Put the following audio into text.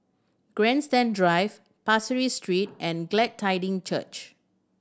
Grandstand Drive Pasir Ris Street and Glad Tiding Church